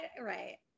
right